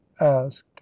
asked